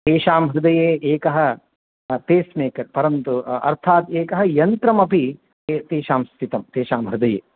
तेषां हृदये एकः पेस्मेकर् परन्तु अर्थात् एकः यन्त्रमपि तेषां स्थितं तेषां हृदये